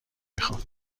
میخام